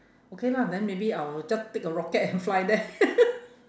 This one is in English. okay lah then maybe I will just take a rocket and fly there